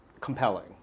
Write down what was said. compelling